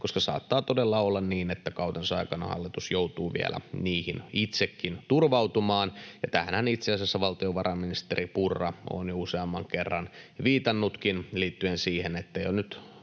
koska saattaa todella olla niin, että kautensa aikana hallitus joutuu vielä niihin itsekin turvautumaan. Ja tähänhän itse asiassa valtiovarainministeri Purra on jo useamman kerran viitannutkin liittyen siihen, että jo nyt